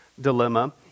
dilemma